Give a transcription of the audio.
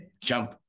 jump